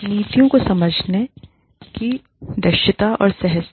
नीतियों को समझने की दृश्यता और सहजता